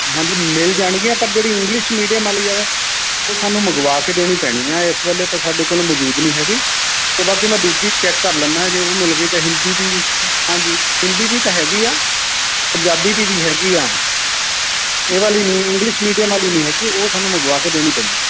ਹਾਂਜੀ ਮਿਲ ਜਾਣਗੀਆਂ ਪਰ ਜਿਹੜੀ ਇੰਗਲਿਸ਼ ਮੀਡੀਅਮ ਵਾਲੀ ਉਹ ਉਹ ਸਾਨੂੰ ਮੰਗਵਾ ਕੇ ਦੇਣੀ ਪੈਣੀ ਹੈ ਇਸ ਵੇਲੇ ਤਾਂ ਸਾਡੇ ਕੋਲ ਮੌਜੂਦ ਨਹੀਂ ਹੈਗੀ ਅਤੇ ਬਾਕੀ ਮੈਂ ਦੂਜੀ ਚੈੱਕ ਕਰ ਲੈਂਦਾ ਜੇ ਉਹ ਮਿਲ ਗਈ ਤਾਂ ਹਿੰਦੀ ਦੀ ਹਾਂਜੀ ਹਿੰਦੀ ਦੀ ਤਾਂ ਹੈਗੀ ਆ ਪੰਜਾਬੀ ਦੀ ਵੀ ਹੈਗੀ ਆ ਇਹ ਵਾਲੀ ਨਹੀਂ ਇੰਗਲਿਸ਼ ਮੀਡੀਅਮ ਵਾਲੀ ਨਹੀਂ ਹੈਗੀ ਉਹ ਸਾਨੂੰ ਮੰਗਵਾ ਕੇ ਦੇਣੀ ਪੈਣੀ